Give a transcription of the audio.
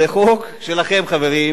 זה חוק שלכם, חברים,